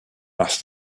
asked